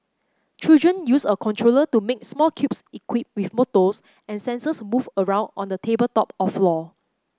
children use a controller to make small cubes equipped with motors and sensors move around on a tabletop or floor